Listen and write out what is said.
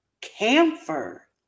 camphor